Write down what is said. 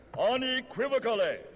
unequivocally